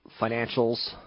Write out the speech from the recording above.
financials